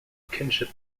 kinship